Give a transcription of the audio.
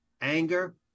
anger